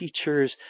teachers